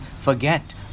forget